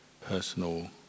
personal